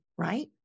right